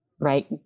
Right